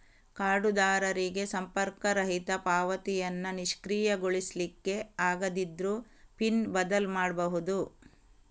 ಕಾರ್ಡುದಾರರಿಗೆ ಸಂಪರ್ಕರಹಿತ ಪಾವತಿಯನ್ನ ನಿಷ್ಕ್ರಿಯಗೊಳಿಸ್ಲಿಕ್ಕೆ ಆಗದಿದ್ರೂ ಪಿನ್ ಬದಲು ಮಾಡ್ಬಹುದು